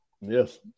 Yes